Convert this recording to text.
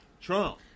Trump